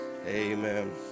Amen